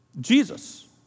Jesus